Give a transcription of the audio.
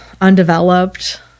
undeveloped